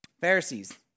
Pharisees